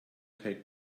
take